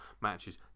matches